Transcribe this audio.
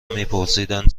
میپرسیدند